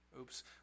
oops